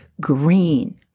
green